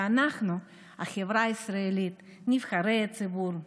ואנחנו, החברה הישראלית, נבחרי הציבור,